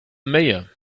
mayor